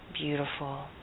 beautiful